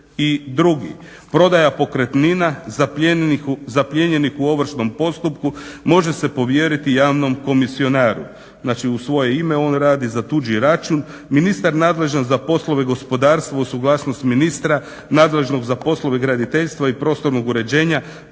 152., prodaja pokretnina zaplijenjenih u ovršnom postupku može se povjeriti javnom komisionaru, znači u svoje ime on radi za tuđi račun. Ministar nadležan za poslove gospodarstva uz suglasnost ministra nadležnog za poslove graditeljstva i prostornog uređenja